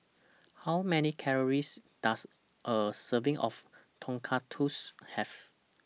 How Many Calories Does A Serving of Tonkatsu Have